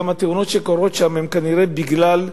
גם התאונות שקורות שם הן כנראה בגלל,